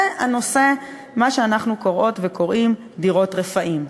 זה הנושא של מה שאנחנו קוראות וקוראים "דירות רפאים".